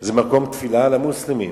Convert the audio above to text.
זה מקום תפילה למוסלמים.